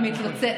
אני מתלוצצת.